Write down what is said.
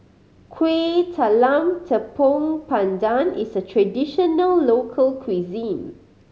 Kueh Talam Tepong Pandan is a traditional local cuisine